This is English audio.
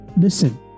listen